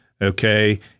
Okay